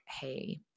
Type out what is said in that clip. Hey